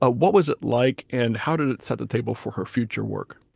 ah what was it like? and how did it set a table for her future work?